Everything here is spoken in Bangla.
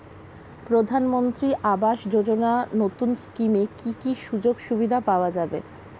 প্রধানমন্ত্রী আবাস যোজনা নতুন স্কিমে কি কি সুযোগ সুবিধা পাওয়া যাবে?